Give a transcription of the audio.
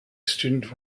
student